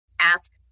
ask